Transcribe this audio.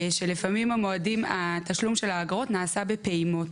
כשלפעמים התשלום של האגרות נעשה בפעימות,